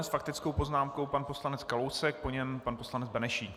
S faktickou poznámkou pan poslanec Kalousek, po něm pan poslanec Benešík.